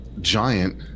giant